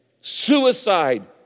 Suicide